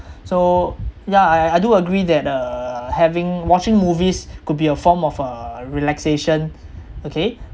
so yeah I I I do agree that uh having watching movies could be a form of uh relaxation okay